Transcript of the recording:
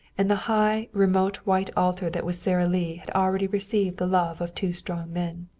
and the high, remote white altar that was sara lee had already received the love of two strong men.